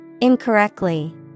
Incorrectly